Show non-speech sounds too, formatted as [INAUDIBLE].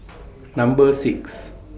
[NOISE] Number six